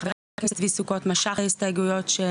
חבר הכנסת צבי סוכות משך את ההסתייגויות שהוא